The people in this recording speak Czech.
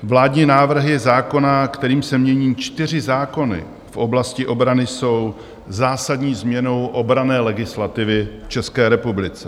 Vládní návrhy zákona, kterým se mění čtyři zákony v oblasti obrany, jsou zásadní změnou obranné legislativy v České republice.